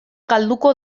galduko